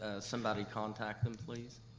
ah somebody contact them, please.